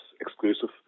exclusive